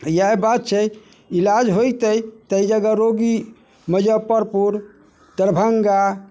इएह बात छै इलाज होइते तऽ एहि जगह रोगी मुजफ्फरपुर दरभङ्गा